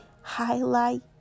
highlight